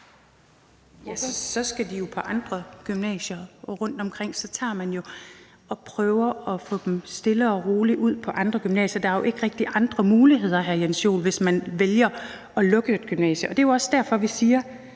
så skal de jo på andre gymnasier rundtomkring. Så tager man jo og prøver at få dem stille og roligt ud på andre gymnasier. Der er jo ikke rigtig andre muligheder, hr. Jens Joel, hvis man vælger at lukke et gymnasium. Det er jo også derfor, vi siger,